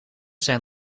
zijn